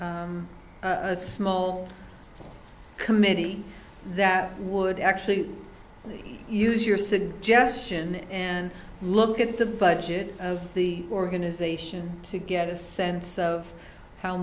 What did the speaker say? n a small committee that would actually use your suggestion and look at the budget of the organization to get a sense of how